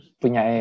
punya